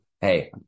Hey